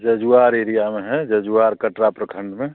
जज्वार area है जज्वार कटरा प्रखंड में